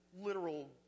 literal